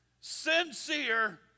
sincere